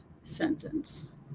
sentence